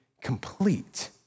complete